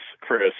Chris